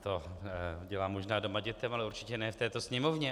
To dělám možná doma dětem, ale určitě ne v této Sněmovně.